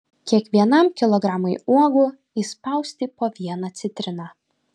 kiekvienam kilogramui uogų įspausti po vieną citriną